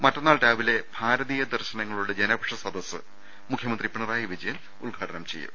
മറ്റന്നാൾ രാവിലെ ഭാരതീയ ദർശനങ്ങളുടെ ജനപക്ഷ സദസ് മുഖ്യമന്ത്രി പിണറായി വിജയൻ ഉദ്ഘാടനം ചെയ്യും